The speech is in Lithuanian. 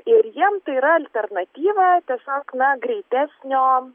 ir jiem tai yra alternatyva tiesiog na greitesnio